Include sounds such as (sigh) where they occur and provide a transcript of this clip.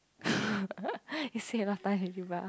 (laughs) you say alot of times already bah